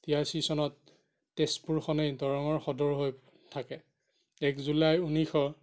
তিৰাশী চনত তেজপুৰখনেই দৰঙৰ সদৰ হৈ থাকে এক জুলাই ঊনৈশ